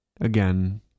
again